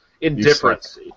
Indifference